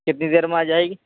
کتنی دیر میں آ جائے گی